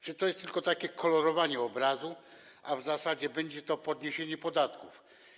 Czy to tylko takie kolorowanie obrazu, a w zasadzie będzie to podniesienie podatków?